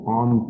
on